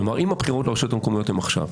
כלומר, אם הבחירות לרשויות המקומיות הן עכשיו,